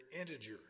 integer